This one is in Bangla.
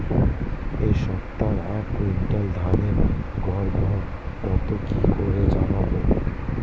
এই সপ্তাহের এক কুইন্টাল ধানের গর দর কত কি করে জানবো?